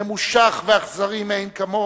ממושך ואכזרי מאין כמותו,